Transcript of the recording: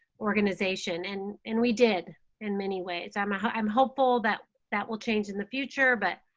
organization? and and we did in many ways. i'm i'm hopeful that that will change in the future, but